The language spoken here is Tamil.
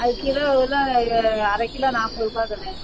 அது கிலோ வந்து ஒரு அரை கிலோ நாற்பதுருவா கண்ணு